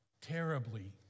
terribly